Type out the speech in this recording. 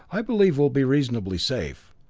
i believe we'll be reasonably safe.